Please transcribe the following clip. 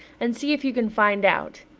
and see if you can find out,